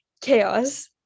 chaos